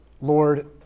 Lord